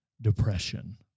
depression